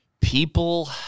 People